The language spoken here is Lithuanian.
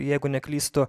jeigu neklystu